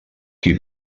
qui